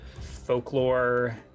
folklore